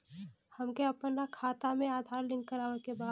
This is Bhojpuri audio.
हमके अपना खाता में आधार लिंक करावे के बा?